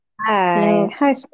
Hi